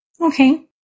Okay